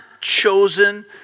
chosen